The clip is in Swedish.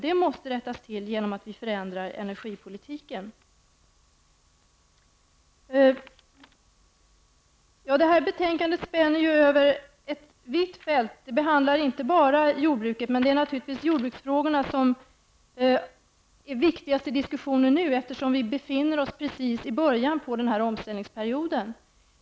Det måste rättas till genom att vi förändrar energipolitiken. Detta betänkande spänner över ett vitt fält, och det behandlar inte bara jordbruket. Men det är naturligtvis jordbruksfrågorna som nu är viktigast i diskussionen, eftersom vi befinner oss precis i början av omställningsperioden.